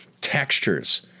textures